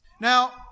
Now